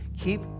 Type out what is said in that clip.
Keep